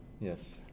Yes